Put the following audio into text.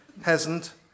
peasant